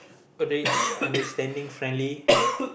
a rich understanding friendly